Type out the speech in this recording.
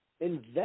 Invest